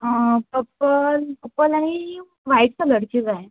आ purple purple आनी white कलरचीं जाय